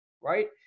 right